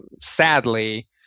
sadly